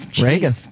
Reagan